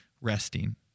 resting